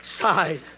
side